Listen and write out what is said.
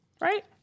right